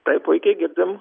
taip puikiai girdim